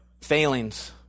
Failings